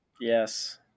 Yes